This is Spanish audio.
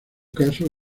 caso